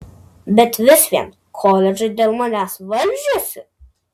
bet vis vien koledžai dėl manęs varžėsi